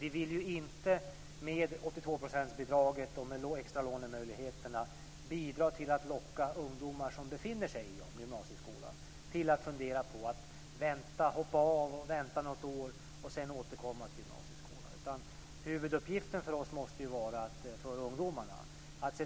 Vi vill inte med 82-procentsbidraget och de extra lånemöjligheterna bidra till att locka ungdomar som befinner sig i gymnasieskolan till att fundera på att hoppa av, vänta något år och sedan återkomma till gymnasieskolan. Huvuduppgiften för oss måste vara att stötta och hjälpa ungdomarna att